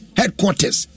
headquarters